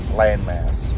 landmass